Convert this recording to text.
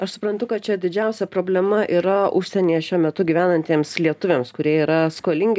aš suprantu kad čia didžiausia problema yra užsienyje šiuo metu gyvenantiems lietuviams kurie yra skolingi